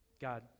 God